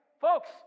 Folks